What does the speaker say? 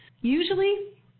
Usually